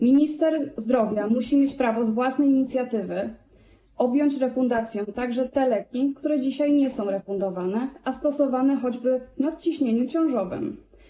Minister zdrowia musi mieć prawo objąć z własnej inicjatywy refundacją także te leki, które dzisiaj nie są refundowane, a są stosowane, choćby w nadciśnieniu ciążowym.